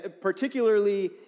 particularly